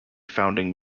founding